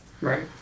Right